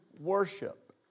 worship